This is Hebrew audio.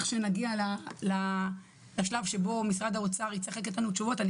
לכשנגיע לשלב שבו משרד האוצר יצטרך לתת לנו תשובות אני